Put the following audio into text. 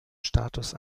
status